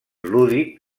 lúdic